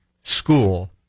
school